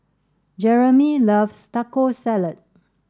Jeramy loves Taco Salad